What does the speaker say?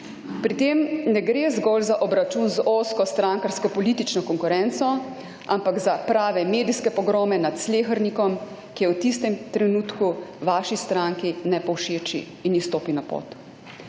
Pri tem ne gre zgolj za obračun z ozko strankarsko politično konkurenco, ampak za prave medijske pogrome nad slehernikom, ki je v tistem trenutku vaši stranki ne povšeči in ji stopi na pot.